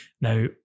Now